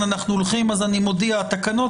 אנחנו הולכים אז אני מודיע: התקנות,